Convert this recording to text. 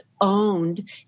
owned